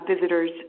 visitors